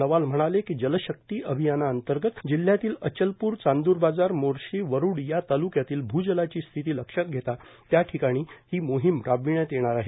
नवाल म्हणाले कीए जलशक्ती अभियानांतर्गत जिल्ह्यातील अचलपूरए चांद्र बाजारए मोर्शीए वरुड या तालुक्यातील भूजलाची स्थिती लक्षात घेता त्याठिकाणी जोरकसपणे मोहिम राबविण्यात येणार आहे